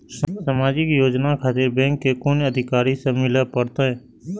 समाजिक योजना खातिर बैंक के कुन अधिकारी स मिले परतें?